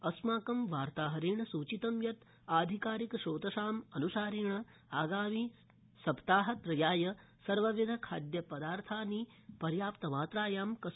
अस्माकं वार्ताहरेण सूचितं यत् आधिकारिकस्रोतसाम् अन्सारेण आगामि सप्ताहत्रयाय सर्वविध बालखाद्य दार्थानि र्याप्तमात्रायां विद्यन्ते